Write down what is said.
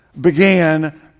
began